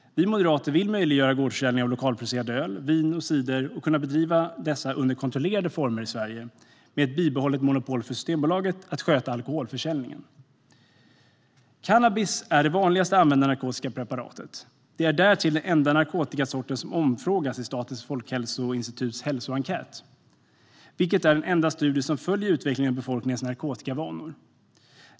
Vi moderater vill möjliggöra gårdsförsäljning av öl, vin och cider som producerats lokalt. Sådan verksamhet ska kunna bedrivas under kontrollerade former i Sverige, med ett bibehållet monopol för Systembolaget när det gäller att sköta alkoholförsäljning. Cannabis är det narkotiska preparat som är vanligast att använda. Det är därtill den enda narkotikasort som omfrågas i Statens folkhälsoinstituts hälsoenkät - det är den enda studie som följer utvecklingen av befolkningens narkotikavanor.